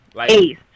Ace